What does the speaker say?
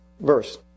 verse